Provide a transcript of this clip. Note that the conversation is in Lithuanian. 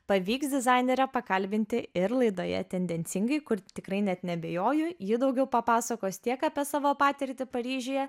pavyks dizainerę pakalbinti ir laidoje tendencingai kur tikrai net neabejoju ji daugiau papasakos tiek apie savo patirtį paryžiuje